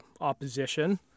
opposition